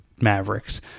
Mavericks